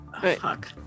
fuck